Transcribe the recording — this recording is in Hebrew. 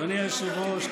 אדוני היושב-ראש,